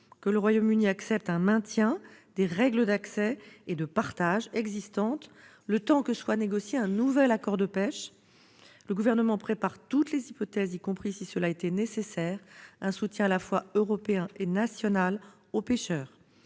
que le Royaume-Uni accepte un maintien des règles d'accès et de partage existantes, le temps que soit négocié un nouvel accord de pêche. Le Gouvernement prépare toutes les hypothèses, y compris, si cela était nécessaire, un soutien à la fois européen et national aux pêcheurs.